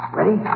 Ready